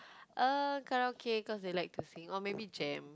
uh karaoke cause they like to sing or maybe jam